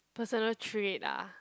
personal trait ah